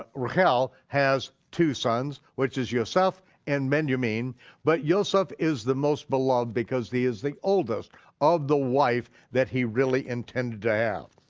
ah rachel has two sons, which is yoseph and benjamin, but yoseph is the most beloved because he is the oldest of the wife that he really intended to have.